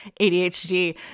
ADHD